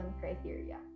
criteria